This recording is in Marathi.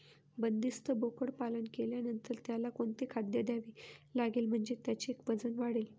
बंदिस्त बोकडपालन केल्यानंतर त्याला कोणते खाद्य द्यावे लागेल म्हणजे त्याचे वजन वाढेल?